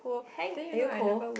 hang~ are you cold